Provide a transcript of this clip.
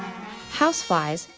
house flies,